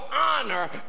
honor